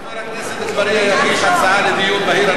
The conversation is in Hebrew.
חבר הכנסת אגבאריה יגיש הצעה לדיון מהיר,